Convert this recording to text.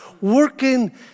working